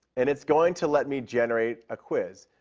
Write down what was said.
and it's going to let me generate a quiz.